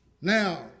Now